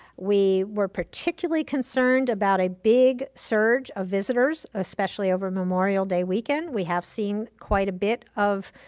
we were particularly concerned about a big surge of visitors, especially over memorial day weekend. we have seen quite a bit of